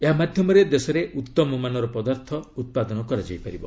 ଏହା ମାଧ୍ୟମରେ ଦେଶରେ ଉତ୍ତମ ମାନର ପଦାର୍ଥ ଉତ୍ପାଦନ କରାଯାଇ ପାରିବ